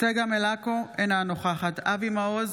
צגה מלקו, אינה נוכחת אבי מעוז,